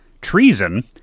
Treason